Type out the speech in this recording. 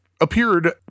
appeared